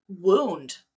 wound